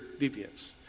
deviance